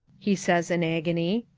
he says in agony,